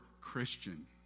Christian